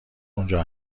اونجا